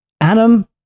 Adam